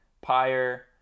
Pyre